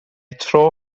tro